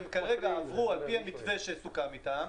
לפי המתווה שסוכם איתם,